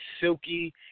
silky